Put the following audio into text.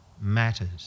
matters